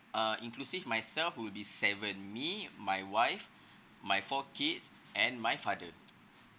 uh inclusive myself would be seven me my wife my four kids and my father